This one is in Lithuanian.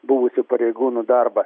buvusių pareigūnų darbą